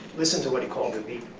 listen to what he called the beat.